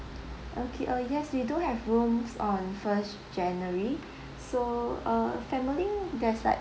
okay uh yes we do have rooms on first january so uh family there's like